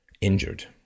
injured